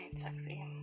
sexy